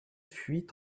fuit